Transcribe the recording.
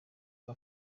ngo